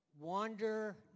Wander